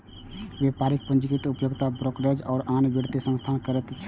व्यापारिक पूंजीक उपयोग ब्रोकरेज आ आन वित्तीय संस्थान करैत छैक